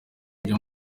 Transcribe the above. ivyo